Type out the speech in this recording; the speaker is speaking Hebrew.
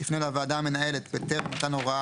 יפנה לוועדה המנהלת בטרם מתן הוראה